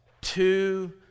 Two